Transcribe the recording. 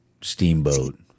steamboat